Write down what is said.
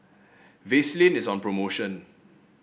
Vaselin is on promotion